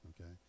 okay